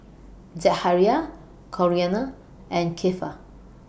Zachariah Corinna and Keifer